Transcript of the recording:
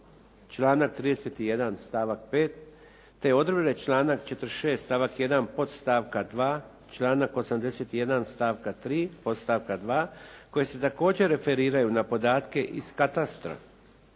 članak 31. stavak 5, te odredbe članak 46. stavak 1., podstavka 2., članak 81. stavka 3., podstavka 2., koji se također referiraju na podatke iz katastra.